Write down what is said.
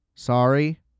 Sorry